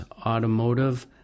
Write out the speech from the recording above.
Automotive